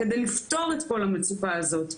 על מנת שנוכל לפתור את כל המצוקה הזאת,